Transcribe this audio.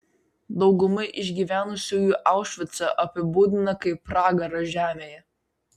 dauguma išgyvenusiųjų aušvicą apibūdiną kaip pragarą žemėje